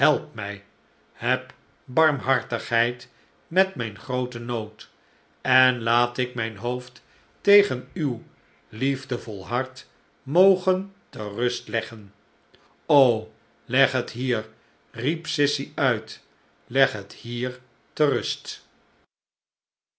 mij heb barmhartigheid met mijn grooten nood en laat ik mijn hoofd tegen uw liefdevol hart mogen te rust leggen leg het hier riep sissy uit leg het hier te rust